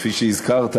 כפי שהזכרת,